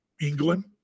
england